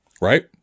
Right